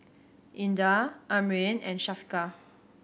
Indah Amrin and Syafiqah